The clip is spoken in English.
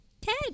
Ted